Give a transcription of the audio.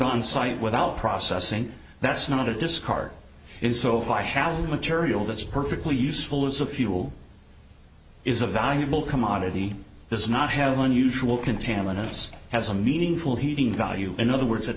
on site without processing that's not a discard is so if i have material that's perfectly useful as a fuel is a valuable commodity does not have one usual contaminants has a meaningful heating value in other words